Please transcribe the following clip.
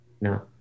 No